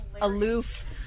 aloof